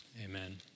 Amen